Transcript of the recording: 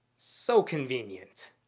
so convenient.